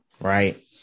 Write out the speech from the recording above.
right